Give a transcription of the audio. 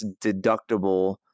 deductible